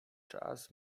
czas